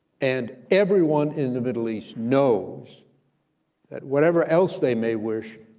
and everyone in the middle east knows that whatever else they may wish,